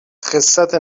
خِسّت